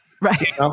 Right